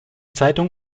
zeitung